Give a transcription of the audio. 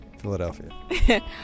Philadelphia